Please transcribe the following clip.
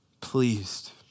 Pleased